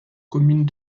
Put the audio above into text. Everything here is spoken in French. commune